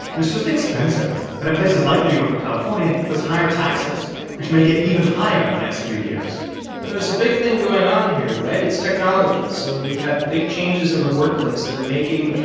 and it's just expensive. and in places like new york or california, there's higher taxes which may get it even higher in the next few years and there's a big thing going on here, right? it's technology. so we've had big changes in the workplace that are making,